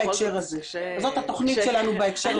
זאת התוכנית שלנו בהקשר הזה.